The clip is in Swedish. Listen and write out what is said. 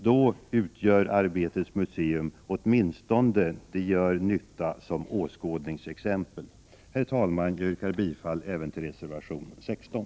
Då gör Arbetets museum åtminstone nytta som åskådningsexempel. Herr talman! Jag yrkar bifall även till reservation 16.